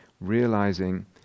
realizing